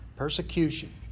Persecution